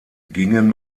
gingen